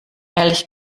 ehrlich